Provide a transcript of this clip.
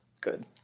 Good